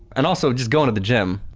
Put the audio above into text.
and also, just going to the gym,